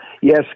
yes